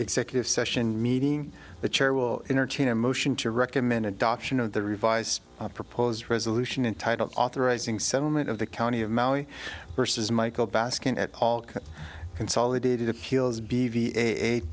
executive session meeting the chair will entertain a motion to recommend adoption of the revised proposed resolution entitled authorizing settlement of the county of maui versus michael baskin at all consolidated appeals b v eight